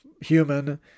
human